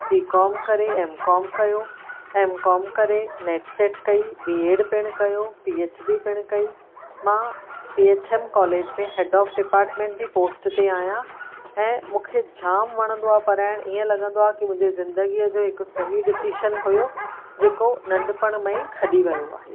B Com करे M Com कयो M Com करे नेट सेट कई बी एड पिण कयो पी एच डी पिण कई मां सी एच एम कॉलेज में हेड ऑफ डिपार्टमेंट जी पोस्ट ते आहियां ऐं मूंखे जाम वणंदो आहे पढ़ायण ईंअ लॻंदो आहे की मुंहिंजी ज़िंदगीअ जो हिकु सही डिसिशन हुयो जेको नंढपिण में ई खॾी वियो आहे